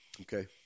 okay